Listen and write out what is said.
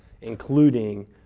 including